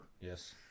Yes